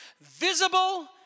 visible